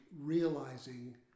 realizing